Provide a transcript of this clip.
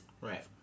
Right